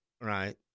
Right